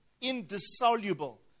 indissoluble